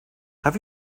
have